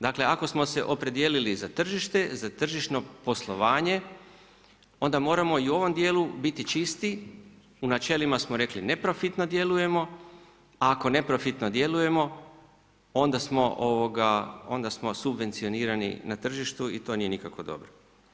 Dakle, ako smo se opredijelili za tržište, za tržišno poslovanje, onda moramo i u ovom djelu biti čisti, u načelima smo rekli neprofitno djelujemo, a ako neprofitno djelujemo onda smo subvencionirani na tržištu i to nije nikako dobro.